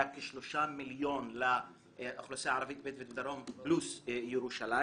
כ-3 מיליון לאוכלוסייה הערבית בדואית בדרום פלוס ירושלים.